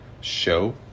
show